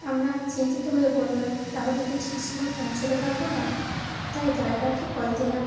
আমরা চিন্তিত হয়ে পড়লাম তাহলে কি ঠিক সময়ে পৌঁছাতে পারবো না তাই ড্রাইভারকে কল দিলাম